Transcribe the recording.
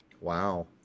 Wow